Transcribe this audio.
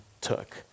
took